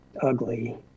ugly